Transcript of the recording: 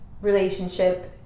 relationship